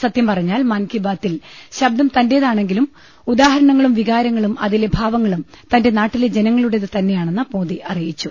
സത്യം പറഞ്ഞാൽ മൻകീ ബാതിൽ ശബ്ദം തന്റേ താണെങ്കിലും ഉദാഹരണങ്ങളും വികാരങ്ങളും അതിലെ ഭാവങ്ങളും തന്റെ നാട്ടിലെ ജനങ്ങളുടേതു തന്നെയാണെന്ന് മോദി അറിയിച്ചു